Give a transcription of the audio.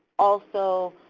also,